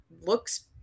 looks